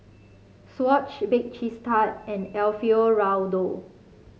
Swatch Bake Cheese Tart and Alfio Raldo